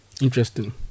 Interesting